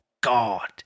God